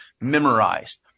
memorized